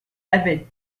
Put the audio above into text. avait